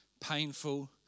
Painful